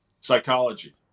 Psychology